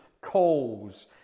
calls